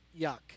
yuck